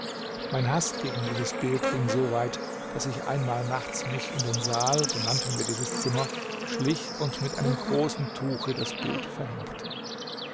mein haß gegen dieses bild ging so weit daß ich einmal nachts mich in den saal so nannten wir dieses zimmer schlich und mit einem großen tuche das bild verhängte